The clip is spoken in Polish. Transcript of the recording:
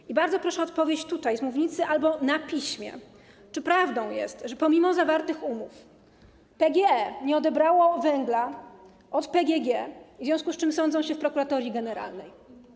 I bardzo proszę o odpowiedź z mównicy albo na piśmie: Czy prawdą jest, że pomimo zawartych umów PGE nie odebrało węgla od PGG, w związku z czym sądzą się w prokuratorii generalnej?